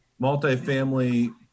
multifamily